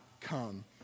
come